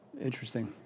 Interesting